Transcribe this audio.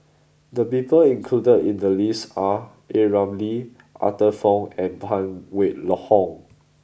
the people included in the list are A Ramli Arthur Fong and Phan Wait Hong